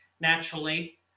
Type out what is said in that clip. naturally